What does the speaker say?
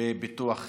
בביטוח בריאות.